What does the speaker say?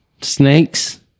Snakes